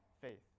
faith